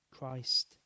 Christ